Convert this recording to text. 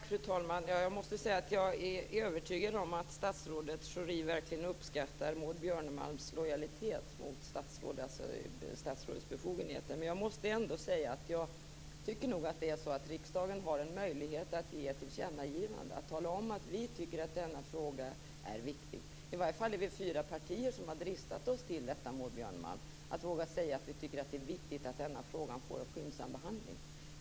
Fru talman! Jag är övertygad om att statsrådet Schori verkligen uppskattar Maud Björnemalms lojalitet mot statsrådets befogenheter. Men jag tycker nog att riksdagen har en möjlighet att ge ett tillkännagivande, att tala om att vi tycker att denna fråga är viktig. I varje fall är det fyra partier som har dristat sig till detta, Maud Björnemalm. Vi vågar säga att det är viktigt att denna fråga får en skyndsam behandling.